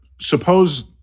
suppose